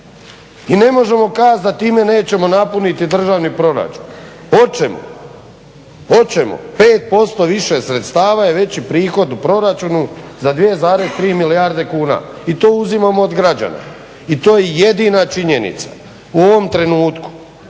I ne možemo kazati da time nećemo napuniti državni proračun. Hoćemo, hoćemo. 5% više sredstava je veći prihod u proračunu za 2,3 milijarde kuna i to uzimamo od građana i to je jedina činjenica u ovom trenutku.